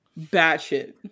Batshit